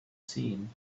seen